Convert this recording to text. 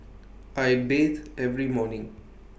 I bathe every morning